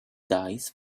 dice